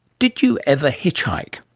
did you ever hitchhike?